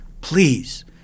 please